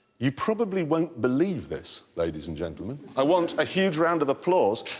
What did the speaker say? you probably won't believe this, ladies and gentlemen. i want a huge round of applause.